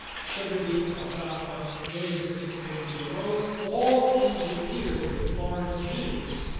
sugar beets, alfalfa. those are the six main gmos, all engineered with foreign genes.